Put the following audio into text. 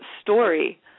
story